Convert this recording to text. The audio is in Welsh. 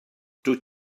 dwyt